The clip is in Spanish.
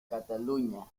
cataluña